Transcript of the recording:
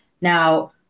Now